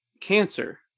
cancer